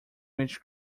which